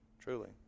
Truly